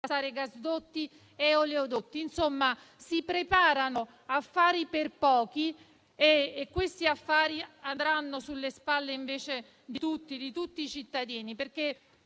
gasdotti e oleodotti; insomma, si preparano affari per pochi e questi affari andranno invece sulle spalle di tutti i cittadini, perché